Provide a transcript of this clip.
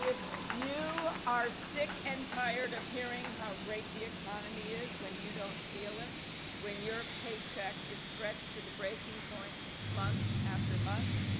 you are sick and tired of hearing how great the economy is when you don't feel it and when your paycheck is stretched to the breaking point month after month.